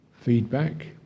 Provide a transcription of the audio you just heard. feedback